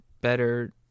better